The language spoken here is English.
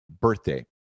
birthday